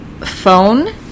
phone